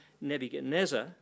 Nebuchadnezzar